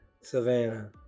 Savannah